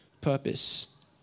purpose